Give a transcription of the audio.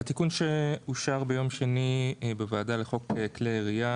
בתיקון שאושר ביום שני בוועדה לחוק כלי ירייה